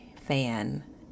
fan